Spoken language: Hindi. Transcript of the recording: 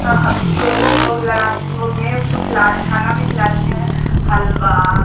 उसको भोग लगा भोग में उसको खिला खाना में खिलाते हैं हलवा